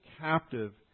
captive